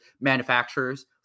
manufacturers